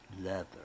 leather